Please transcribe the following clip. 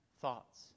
thoughts